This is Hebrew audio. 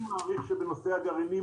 אני מעריך שבנושא הגרעינים,